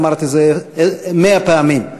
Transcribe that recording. אמרתי את זה מאה פעמים.